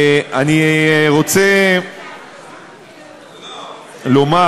אני רוצה לומר